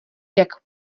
jak